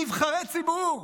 נבחרי ציבור,